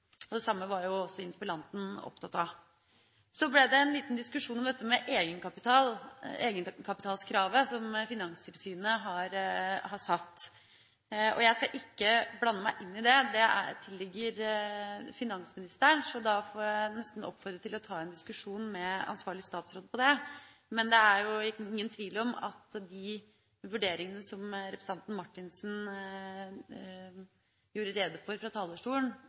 Det samme var også interpellanten opptatt av. Så ble det en liten diskusjon om egenkapitalkravet som Finanstilsynet har satt. Jeg skal ikke blande meg inn i det, det tilligger finansministeren, så da får jeg nesten oppfordre til å ta en diskusjon med ansvarlig statsråd om det. Men det er ingen tvil om at de vurderingene som representanten Marthinsen gjorde rede for fra talerstolen,